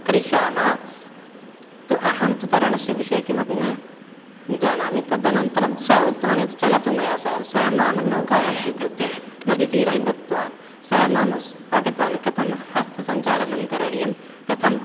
करिष्यामः तु अहं तु तरणस्य विषये किमपि न जानामि तदनन्तरं स उक्तवान् यद् चलतु मया सह सः मां नौकायां स्वीकृत्य नदीतीरं गत्वान् सः मां पाठितवान् कथं हस्तसञ्चालनं करणीयं कथं